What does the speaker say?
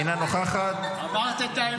אינה נוכחת,